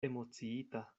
emociita